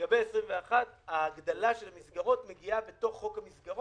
לגבי 2021 הגדלה של המסגרת מגיעה בתוך חוק המסגרות